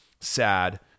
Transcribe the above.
sad